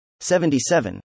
77